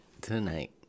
tonight